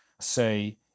say